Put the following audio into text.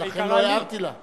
לכן לא הערתי לה.